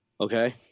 okay